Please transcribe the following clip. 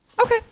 Okay